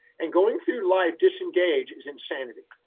and going through life disengaged is insanity.